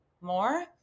more